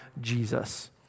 Jesus